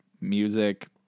music